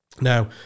Now